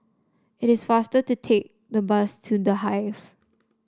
it is faster to take the bus to The Hive